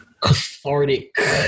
cathartic